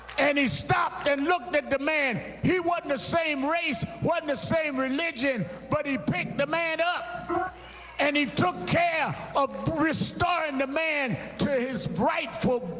and he stopped and looked at the man. he wasn't the same race, wasn't the same religion, but he picked the man up and he took care of restoring the man to his rightful